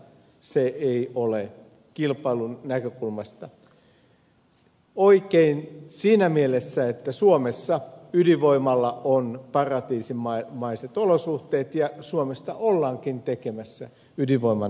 se ei ole kilpailun näkökulmasta oikein siinä mielessä että suomessa ydinvoimalla on paratiisimaiset olosuhteet ja suomesta ollaankin tekemässä ydinvoiman luvattua maata kuten olemme todenneet